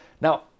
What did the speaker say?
Now